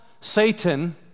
Satan